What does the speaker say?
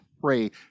pray